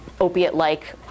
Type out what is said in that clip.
opiate-like